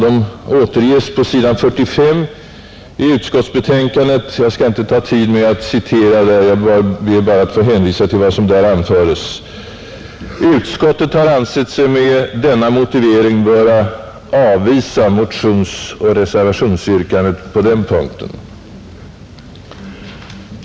De återges på s. 45 i utskottsbetänkandet. Jag skall inte ta upp tid med att citera, jag ber bara att få hänvisa till vad som där anföres, Utskottet har ansett sig med denna motivering böra avvisa motionsoch reservationsyrkandet på den punkten.